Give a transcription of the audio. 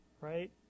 right